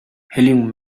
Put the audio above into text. helium